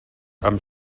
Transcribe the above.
amb